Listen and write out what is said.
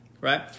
right